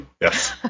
Yes